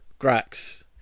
Grax